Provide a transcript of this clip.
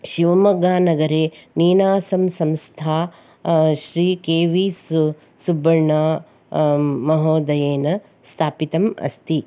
शिवमोग्गनगरे नीनासं संस्था Shri K V सु सुब्बण्णा महोदयेन स्थापितम् अस्ति